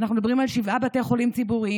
אנחנו מדברים על שבעת בתי החולים הציבוריים,